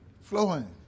flowing